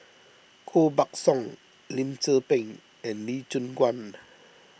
Koh Buck Song Lim Tze Peng and Lee Choon Guan